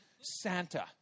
Santa